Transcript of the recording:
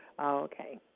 Okay